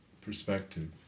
perspective